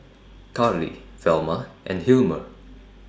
Carley Velma and Hilmer